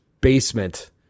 basement